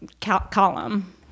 column